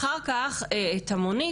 אחר כך את המונית,